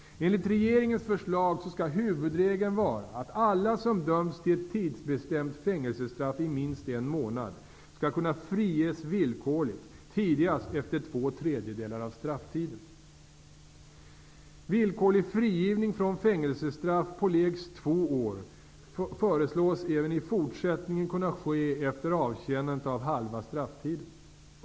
Enligt regeringens förslag skall huvudregeln vara att alla som dömts till ett tidsbestämt fängelsestraff i minst en månad skall kunna friges villkorligt tidigast efter två tredjedelar av strafftiden. Villkorlig frigivning från fängelsestraff på lägst två år föreslås även i fortsättningen kunna ske efter avtjänandet av halva strafftiden.